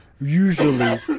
Usually